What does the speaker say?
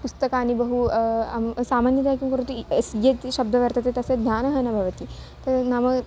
पुस्तकानि बहु अं सामान्यतया किं करोति य् यस् यत् शब्दवर्तते तस्य ध्यानं न भवति तद् नाम